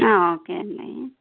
okay అండి